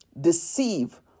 deceive